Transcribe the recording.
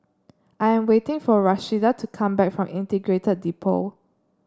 I am waiting for Rashida to come back from Integrated Depot